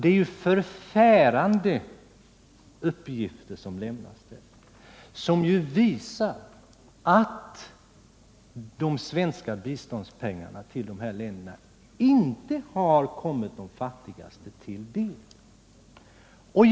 Där lämnas förfärande uppgifter, som visar att de svenska biståndspengarna till dessa länder inte har kommit de fattiga till del.